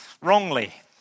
wrongly